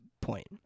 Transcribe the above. point